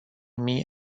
mii